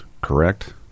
Correct